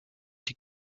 die